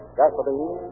gasoline